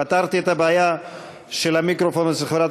פתרתי את הבעיה של המיקרופון של חברת